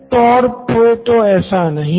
Nitin Kurian COO Knoin electronics हाँ